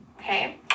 okay